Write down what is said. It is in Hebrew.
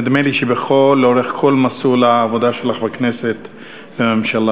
נדמה לי שלאורך כל מסלול העבודה שלך בכנסת והממשלה,